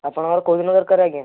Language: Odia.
ଆପଣଙ୍କର କେଉଁଦିନ ଦରକାର ଆଜ୍ଞା